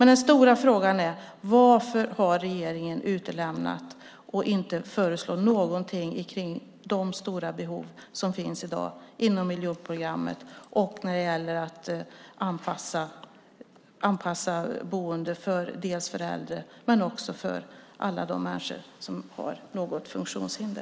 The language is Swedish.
Men den stora frågan är: Varför har regeringen inte föreslagit någonting när det gäller de stora behov som i dag finns inom miljonprogrammet och i fråga om att anpassa boendet för äldre och för alla de människor som har något funktionshinder?